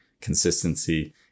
consistency